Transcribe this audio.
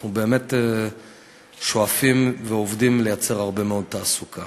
אנחנו באמת שואפים ועובדים כדי לייצר הרבה מאוד תעסוקה.